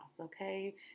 Okay